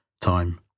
Time